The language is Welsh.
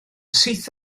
syth